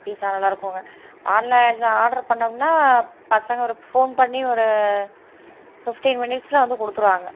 பீஸா நல்லாயிருக்குங்க ஆன்லைனில் ஆர்டர் பண்ணோம்னா பசங்கள் ஒரு ஃபோன் பண்ணி ஒரு ஃபிஃப்ட்டின் மினிட்ஸில் வந்து கொடுத்துருவாங்க